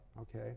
okay